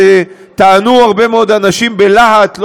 שטענו הרבה מאוד אנשים בלהט,